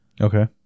Okay